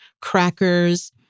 crackers